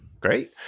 Great